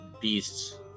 beasts